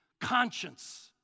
conscience